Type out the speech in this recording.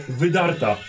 wydarta